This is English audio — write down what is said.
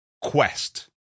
quest